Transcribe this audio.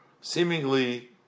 seemingly